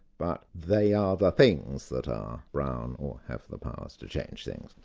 but they are the things that are brown or have the powers to change things.